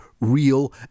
real